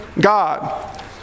God